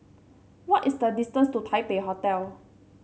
what is the distance to Taipei Hotel